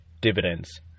dividends